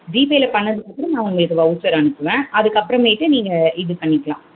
ஜிபேயில் பண்ணிணதுக்கு அப்புறம் நான் உங்களுக்கு வௌச்சர் அனுப்புவேன் அதுக்கப்புறமேட்டு நீங்கள் இது பண்ணிக்கலாம்